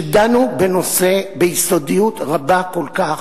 שדנו בנושא ביסודיות רבה כל כך,